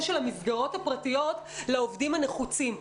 של המסגרות לילדים של העובדים הנחוצים.